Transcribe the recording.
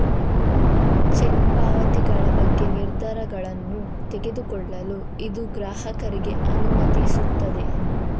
check ಪಾವತಿಗಳ ಬಗ್ಗೆ ನಿರ್ಧಾರಗಳನ್ನು ತೆಗೆದುಕೊಳ್ಳಲು ಇದು ಗ್ರಾಹಕರಿಗೆ ಅನುಮತಿಸುತ್ತದೆ